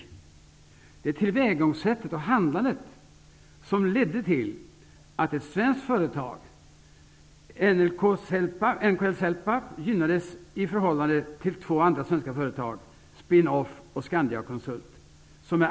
Det som är anmärkningsvärt och allvarligt är tillvägagångssättet och handlandet som ledde till att ett svenskt företag, NLK-Celpap, gynnades i förhållande till två andra svenska företag, Spin-Off och Scandiaconsult.